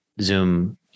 zoom